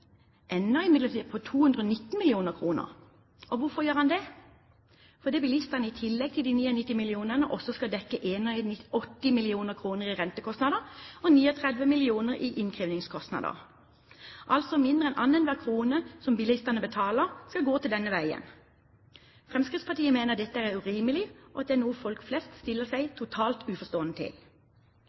imidlertid på 219 mill. kr. Hvorfor gjør den det? Jo, det er fordi bilistene i tillegg til de 99 mill. kr også skal dekke 81 mill. kr i rentekostnader og 39 mill. kr i innkrevningskostnader. Mindre enn annenhver krone som bilistene betaler, skal altså gå til denne veien. Fremskrittspartiet mener at dette er urimelig og noe folk flest stiller seg totalt uforstående til.